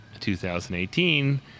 2018